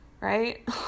Right